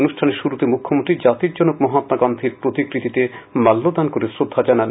অনুষ্ঠানের শুরুতে মুখ্যমন্ত্রী আতিরজনক মহাম্মা গান্ধীর প্রতিকৃতিতে মাল্যদান করে শ্রদ্ধা জানান